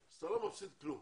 אז אתה לא מפסיד כלום.